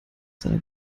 seiner